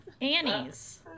Annie's